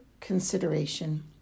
consideration